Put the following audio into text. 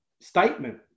statement